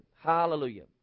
Hallelujah